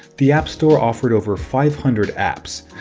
the app store offered over five hundred apps.